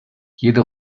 jede